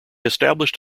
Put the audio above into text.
established